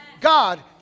God